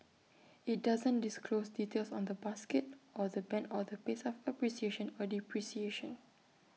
IT doesn't disclose details on the basket or the Band or the pace of appreciation or depreciation